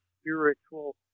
spiritual